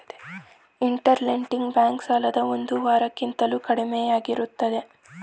inter lending bank ಸಾಲದ ಒಂದು ವಾರ ಕಿಂತಲೂ ಕಡಿಮೆಯಾಗಿರುತ್ತದೆ